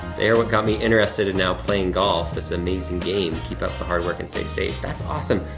they are what got me interested and now playing golf, this amazing game. keep up the hard work and stay safe. that's awesome,